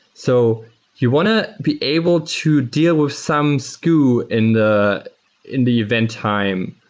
so you want to be able to deal with some sku in the in the event time.